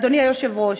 אדוני היושב-ראש,